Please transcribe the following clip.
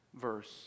verse